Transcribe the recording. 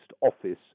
office